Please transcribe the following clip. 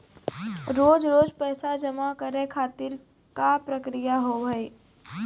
रोज रोज पैसा जमा करे खातिर का प्रक्रिया होव हेय?